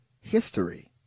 history